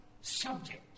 subject